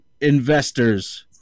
investors